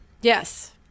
Yes